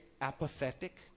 apathetic